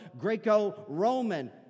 Greco-Roman